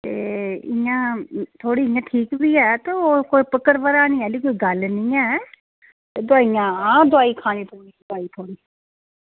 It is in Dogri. ते इंया थोह्ड़ी ठीक बी ऐ ते कोई घबराने आह्ली गल्ल निं ऐ ते दोआइयां आं दोआई खानी पौनी